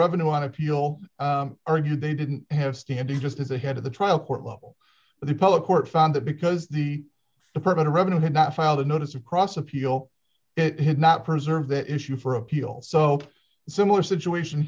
revenue on appeal argued they didn't have standing just as the head of the trial court level but the public court found that because the department of revenue had not filed a notice of cross appeal it had not preserved that issue for appeal so similar situation